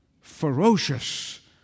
ferocious